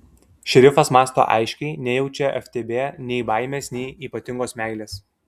šerifas mąsto aiškiai nejaučia ftb nei baimės nei ypatingos meilės